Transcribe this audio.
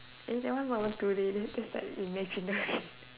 eh that one not even two-D it's it's like imaginary